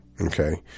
Okay